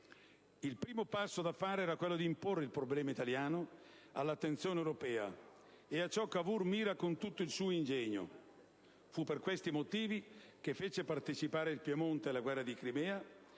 Il primo passo da fare era quello di imporre il problema italiano all'attenzione europea e a ciò Cavour mira con tutto il suo ingegno. Fu per questi motivi che fece partecipare il Piemonte alla guerra di Crimea